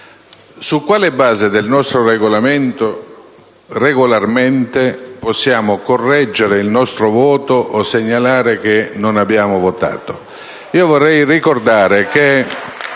su quale base del nostro Regolamento, regolarmente, possiamo correggere il nostro voto o segnalare che non abbiamo votato? (Applausi dai Gruppi